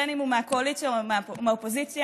בין שהוא מהקואליציה ובין שהוא מהאופוזיציה,